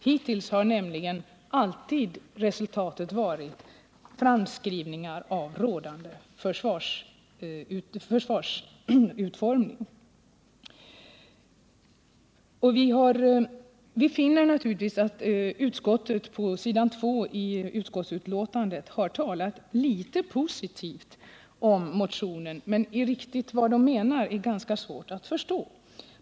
Hittills har resultatet alltid varit framskrivningar av rådande försvarsutformning. Vi finner naturligtvis att utskottet, på s. 2 i betänkandet, har varit litet positiv till motionen, men riktigt vad utskottet menar är ganska svårt att förstå.